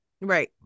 Right